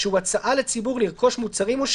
בוודאי שהוא ישקול את זה.